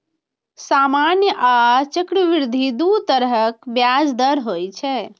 सामान्य आ चक्रवृद्धि दू तरहक ब्याज दर होइ छै